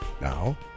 Now